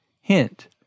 Hint